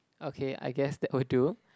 okay I guess that will do